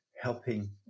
helping